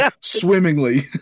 Swimmingly